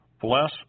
Bless